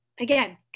Again